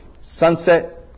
Sunset